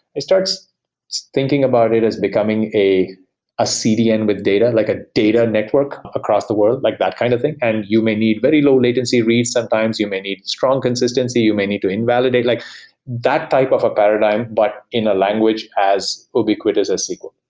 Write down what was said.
start so thinking about it as becoming a a cdn with data, like a data network across the world, like that kind of thing, and you may need very low latency reads. sometimes you may need strong consistency. you may need to invalidate. like that type of a paradigm, but in a language as ubiquitous as sql